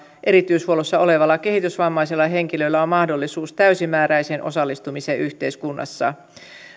erityishuollossa olevalla kehitysvammaisella henkilöllä on mahdollisuus täysimääräiseen osallistumiseen yhteiskunnassa